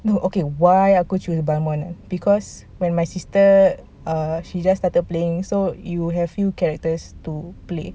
no okay why aku choose balmond kan because when my sister um she just started playing so you have new characters to play